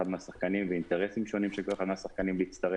מהשחקנים ואינטרסים שונים של כל אחד מהשחקנים להצטרף.